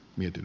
mietin